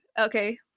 okay